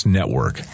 Network